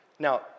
Now